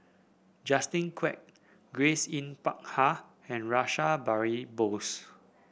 Justin Quek Grace Yin Peck Ha and Rash Behari Bose